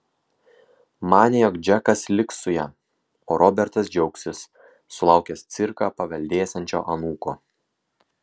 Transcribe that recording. manė jog džekas liks su ja o robertas džiaugsis sulaukęs cirką paveldėsiančio anūko